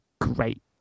great